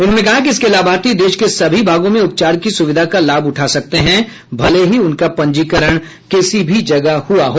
उन्होंने कहा कि इसके लाभार्थी देश के सभी भागों में उपचार की सुविधा का लाभ उठा सकते हैं भले ही उनका पंजीकरण किसी भी जगह हुआ हो